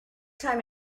time